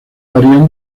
varían